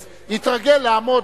אז יתרגל לעמוד,